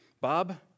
Bob